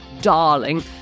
darling